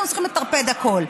אנחנו צריכים לטרפד הכול.